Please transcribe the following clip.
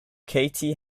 katie